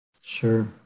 Sure